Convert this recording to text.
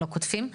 לא קוטפים.